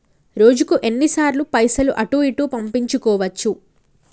రోజుకు ఎన్ని సార్లు పైసలు అటూ ఇటూ పంపించుకోవచ్చు?